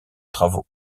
travaux